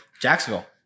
Jacksonville